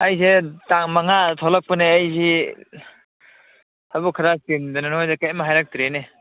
ꯑꯩꯁꯦ ꯇꯥꯡ ꯃꯉꯥꯗ ꯊꯣꯛꯂꯛꯄꯅꯦ ꯑꯩꯁꯤ ꯊꯕꯛ ꯈꯔ ꯆꯤꯟꯗꯅ ꯅꯣꯏꯗ ꯀꯩꯝ ꯍꯥꯏꯔꯛꯇ꯭ꯔꯦꯅꯦ